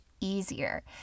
easier